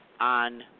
on